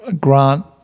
Grant